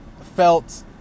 felt